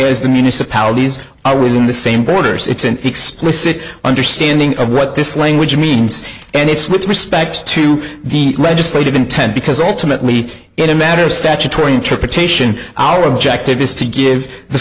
as the municipalities are really in the same borders it's an explicit understanding of what this language means and it's with respect to the legislative intent because ultimately in a matter of statutory interpretation our objective is to give the